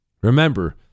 Remember